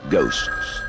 Ghosts